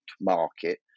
market